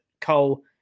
Cole